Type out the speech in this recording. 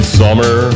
summer